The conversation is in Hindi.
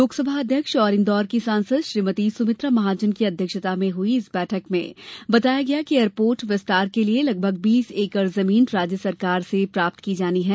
लोकसभा अध्यक्ष और इन्दौर की सांसद श्रीमती सुमित्रा महाजन की अध्यक्षता में हुई इस बैठक में बताया गया कि एयरपोर्ट विस्तार के लिये लगभग बीस एकड जमीन राज्य सरकार से प्राप्त की जाना है